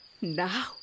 Now